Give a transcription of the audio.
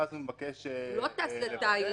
ואז הוא מבקש לקבל --- הוא לא טס לתאילנד,